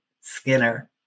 Skinner